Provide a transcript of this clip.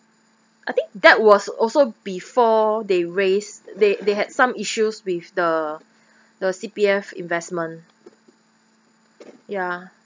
I think that was also before they raised they they had some issues with the the C_P_F investment ya